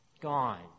Gone